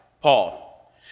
Paul